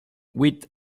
huit